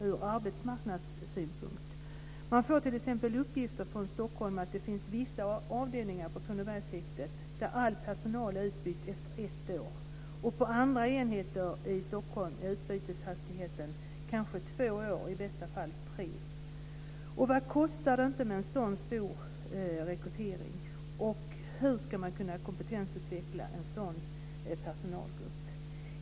Från Stockholm kommer t.ex. uppgifter om att det finns vissa avdelningar på Kronobergshäktet där all personal är utbytt efter ett år. På andra enheter i Stockholm är utbyteshastigheten kanske två år och i bästa fall tre. Vad kostar det inte med en så stor rekrytering? Hur ska man kunna kompetensutveckla en sådan personalgrupp?